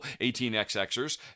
18xxers